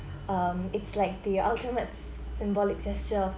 um it's like the ultimate s~ symbolic gesture